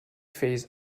phase